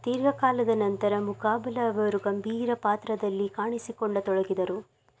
ದೀರ್ಘಕಾಲದ ನಂತರ ಮುಕಾಬಲಾ ಅವರು ಗಂಭೀರ ಪಾತ್ರದಲ್ಲಿ ಕಾಣಿಸಿಕೊಳ್ಳತೊಡಗಿದರು